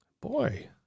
boy